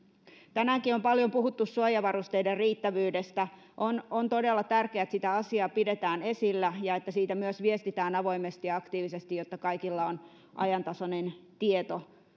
tänäänkin on paljon puhuttu suojavarusteiden riittävyydestä on on todella tärkeää että sitä asiaa pidetään esillä ja että siitä myös viestitään avoimesti ja aktiivisesti jotta kaikilla on ajantasainen tieto